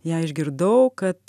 ją išgirdau kad